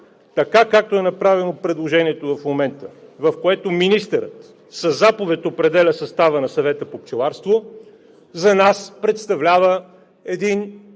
така, както е направено предложението в момента, в което министърът със заповед определя състава на съвета по пчеларство, за нас представлява един